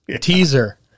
teaser